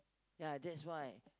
ya that's why